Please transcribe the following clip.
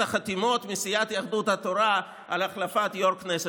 החתימות מסיעת יהדות התורה על החלפת יו"ר כנסת,